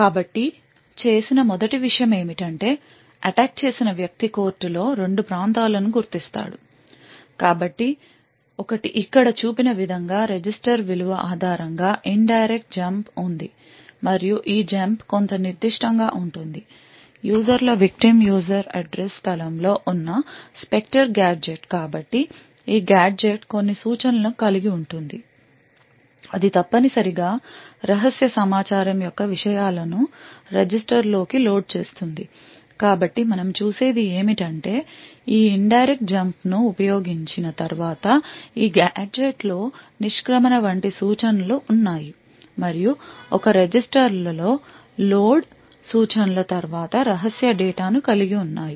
కాబట్టి చేసిన మొదటి విషయం ఏమిటంటే అటాక్ చేసిన వ్యక్తి కోర్టులో 2 ప్రాంతాలను గుర్తిస్తాడు కాబట్టి 1 ఇక్కడ చూపిన విధంగా రిజిస్టర్ విలువ ఆధారంగా ఇన్ డైరెక్ట్ జంప్ ఉంది మరియు ఈ జంప్ కొంత నిర్దిష్టంగా ఉంటుంది యూజర్ల విక్టిమ్ యూజర్ అడ్రస్ స్థలంలో ఉన్న స్పెక్టర్ గాడ్జెట్ కాబట్టి ఈ గాడ్జెట్ కొన్ని సూచనలను కలిగి ఉంటుంది అది తప్పనిసరిగా రహస్య సమాచారం యొక్క విషయాలను రిజిస్టర్లోకి లోడ్ చేస్తుంది కాబట్టి మనము చూసేది ఏమిటంటే ఈ ఇన్ డైరెక్టు జంప్ను ఉపయోగించిన తర్వాత ఈ గాడ్జెట్లో నిష్క్రమణ వంటి సూచనలు ఉన్నాయి మరియు ఒక రిజిస్టర్లో లోడ్ సూచనల తరువాత రహస్య డేటాను కలిగి ఉన్నాయి